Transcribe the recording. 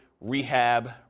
rehab